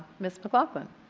miss mclaughlin.